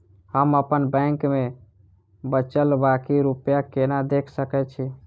हम अप्पन बैंक मे बचल बाकी रुपया केना देख सकय छी?